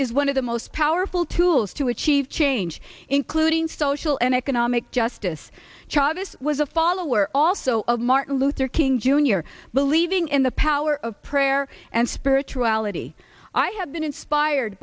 is one of the most powerful tools to achieve change including social and economic justice charges was a follower also of martin luther king jr believing in the power of prayer and spirituality i have been inspired